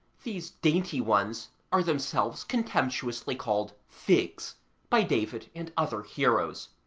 these dainty ones are themselves contemptuously called figs by david and other heroes,